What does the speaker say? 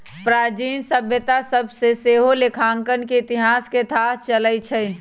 प्राचीन सभ्यता सभ से सेहो लेखांकन के इतिहास के थाह चलइ छइ